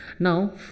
Now